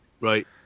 Right